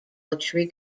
luxury